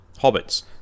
hobbits